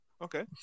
Okay